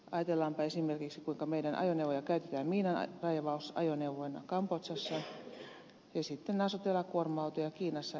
ajatellaanpa esimerkiksi kuinka meidän ajoneuvoja käytetään miinanraivausajoneuvoina kambodzassa ja sitten nasu telakuorma autoja kiinassa esimerkiksi